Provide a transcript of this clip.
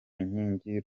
inkingi